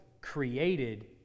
created